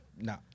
no